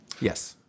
Yes